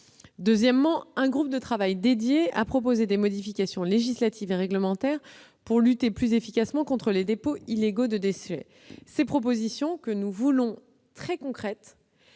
Deuxièmement, un groupe de travail dédié a proposé des modifications législatives et réglementaires pour lutter plus efficacement contre les dépôts illégaux de déchets. Ces propositions, que nous voulons très concrètes,